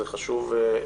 זה חשוב.